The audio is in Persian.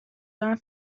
دارم